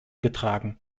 getragen